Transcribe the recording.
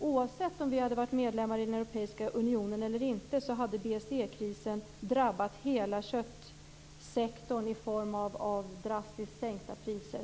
Oavsett om Sverige hade varit medlem i den europeiska unionen eller inte så hade BSE-krisen drabbat hela köttsektorn i form av drastiskt sänkta priser.